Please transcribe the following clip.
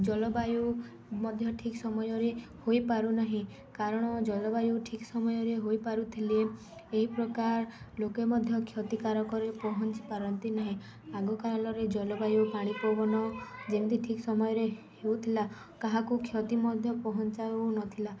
ଜଳବାୟୁ ମଧ୍ୟ ଠିକ୍ ସମୟରେ ହୋଇପାରୁନାହିଁ କାରଣ ଜଳବାୟୁ ଠିକ୍ ସମୟରେ ହୋଇପାରୁଥିଲେ ଏହି ପ୍ରକାର ଲୋକେ ମଧ୍ୟ କ୍ଷତିକାରକରେ ପହଞ୍ଚି ପାରନ୍ତି ନାହିଁ ଆଗକାଳରେ ଜଳବାୟୁ ପାଣିପବନ ଯେମିତି ଠିକ୍ ସମୟରେ ହେଉଥିଲା କାହାକୁ କ୍ଷତି ମଧ୍ୟ ପହଞ୍ଚାଉନଥିଲା